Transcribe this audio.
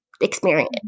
experience